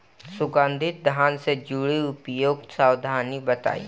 सुगंधित धान से जुड़ी उपयुक्त सावधानी बताई?